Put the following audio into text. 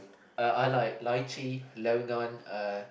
uh I like lychee longan uh